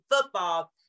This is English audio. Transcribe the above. football